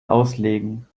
auslegen